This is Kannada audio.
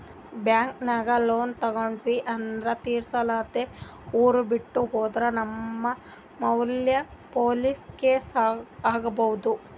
ಬ್ಯಾಂಕ್ದಾಗ್ ಲೋನ್ ತಗೊಂಡ್ ಅದು ತಿರ್ಸಲಾರ್ದೆ ಊರ್ ಬಿಟ್ಟ್ ಹೋದ್ರ ನಮ್ ಮ್ಯಾಲ್ ಪೊಲೀಸ್ ಕೇಸ್ ಆಗ್ಬಹುದ್